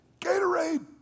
Gatorade